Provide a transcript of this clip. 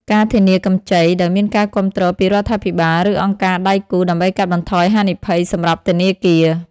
ការធានាកម្ចី ដោយមានការគាំទ្រពីរដ្ឋាភិបាល ឬអង្គការដៃគូ ដើម្បីកាត់បន្ថយហានិភ័យសម្រាប់ធនាគារ ។